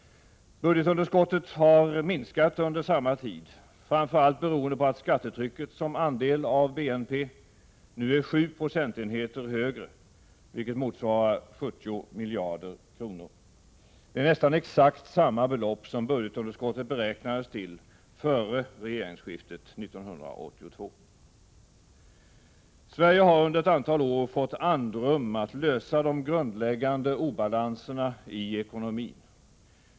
Budgetunderskottet har minskat under samma tid, framför allt beroende på att skattetrycket som andel av BNP nu är 7 procentenheter högre, vilket motsvarar 70 miljarder kronor. Det är nästan exakt samma belopp som budgetunderskottet beräknades till före regeringsskiftet 1982. Sverige har under ett antal år fått andrum att lösa de grundläggande obalanserna i ekonomin.